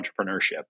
entrepreneurship